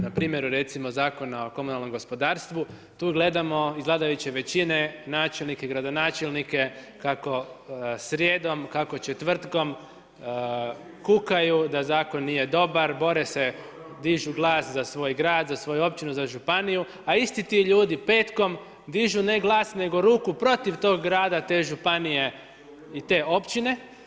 Npr. recimo Zakona o komunalnom gospodarstvu, tu gledamo iz vladajuće većine načelnike i gradonačelnike kako srijedom, kako četvrtkom kukaju da Zakon nije dobar, bore se, dižu glas za svoj grad, za svoju općinu, za županiju, a isti ti ljudi petkom dižu ne glas, nego ruku protiv tog grada, te županije i te općine.